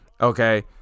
Okay